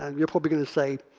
and you're probably going to say,